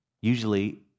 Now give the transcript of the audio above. Usually